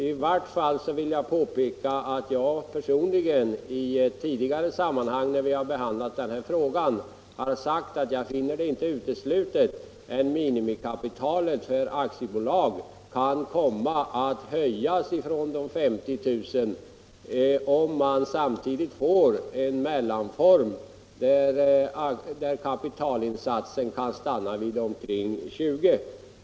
I varje fall vill jag påpeka att jag personligen i det tidigare sammanhang, när vi behandlade frågan, har sagt att jag inte finner det uteslutet att minimikapital för aktiebolag kan komma att höjas från 50 000 kr. om man samtidigt får en mellanform där kapitalinsatsen stannar omkring 20 000 kr.